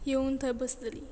येवन थंय बसतलीं